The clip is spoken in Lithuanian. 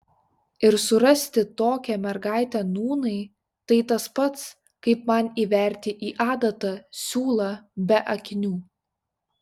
ir surasti tokią mergaitę nūnai tai tas pats kaip man įverti į adatą siūlą be akinių